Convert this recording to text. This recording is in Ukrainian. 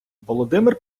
володимир